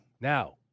Now